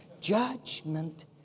Judgment